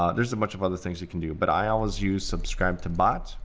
um there's a bunch of other things you can do, but i always use, subscribe to bot,